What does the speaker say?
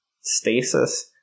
Stasis